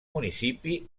municipi